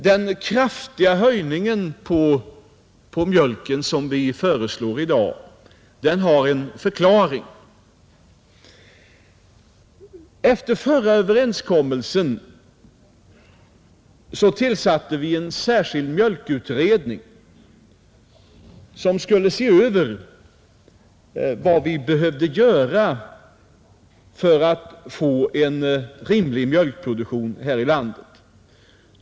Den kraftiga höjning på mjölk som vi i dag föreslår har en förklaring. Efter förra överenskommelsen tillsatte vi en särskild mjölkutredning, som skulle se över vad vi behövde göra för att få en rimlig mjölkproduktion här i landet.